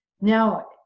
Now